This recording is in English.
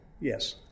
Yes